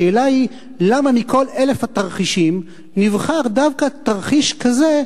השאלה היא למה מכל אלף התרחישים נבחר דווקא תרחיש כזה,